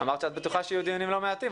אמרת שאת בטוחה שיהיו דיונים לא מעטים,